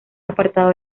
apartado